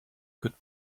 could